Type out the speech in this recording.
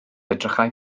edrychai